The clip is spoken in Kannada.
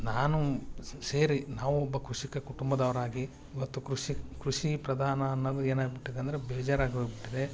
ನಾನು ಸೇರಿ ನಾವು ಒಬ್ಬ ಕೃಷಿಕ ಕುಟುಂಬದವರಾಗಿ ಇವತ್ತು ಕೃಷಿ ಕೃಷಿ ಪ್ರಧಾನ ಅನ್ನದು ಏನಾಗ್ಬಿಟ್ಟಿದೆ ಅಂದರೆ ಬೇಜಾರಾಗೊಗ್ಬಿಟ್ಟಿದೆ